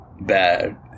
bad